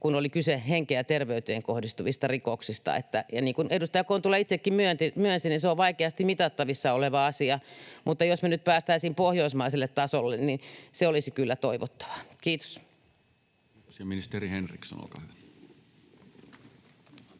kun oli kyse henkeen ja terveyteen kohdistuvista rikoksista. Ja niin kuin edustaja Kontula itsekin myönsi, niin se on vaikeasti mitattavissa oleva asia. Mutta jos me nyt päästäisiin pohjoismaiselle tasolle, se olisi kyllä toivottavaa. — Kiitos.